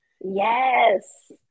Yes